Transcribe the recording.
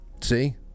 See